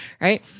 right